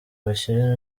bashyira